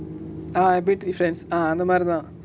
ah happy tree friends ah அந்தமாரிதா:anthamaritha